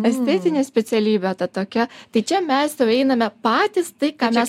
estetinė specialybė ta tokia tai čia mes jau einame patys tai ką mes